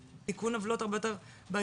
תיקון עוולות הרבה יותר בעיתיות.